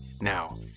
Now